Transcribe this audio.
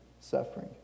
suffering